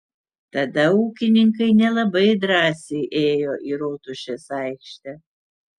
tada ūkininkai nelabai drąsiai ėjo į rotušės aikštę